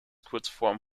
kurzform